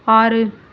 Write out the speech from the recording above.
ஆறு